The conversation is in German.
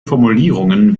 formulierungen